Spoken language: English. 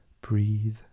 Breathe